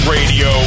Radio